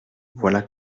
voilà